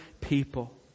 people